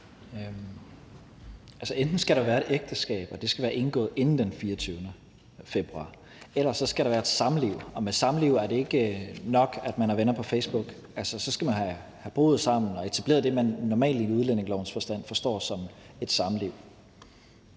Altså, enten skal der være et ægteskab, og det skal være indgået inden den 24. februar, eller også skal der være et samliv. Og med samliv er det ikke nok, at man er venner på Facebook – så skal man have boet sammen og etableret det, man normalt i udlændingelovens forstand forstår som et samliv.